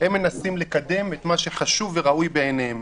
הם מנסים לקדם את מה שחשוב וראוי בעיניהם.